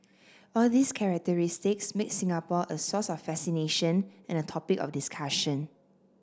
all these characteristics make Singapore a source of fascination and a topic of discussion